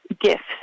gifts